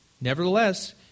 Nevertheless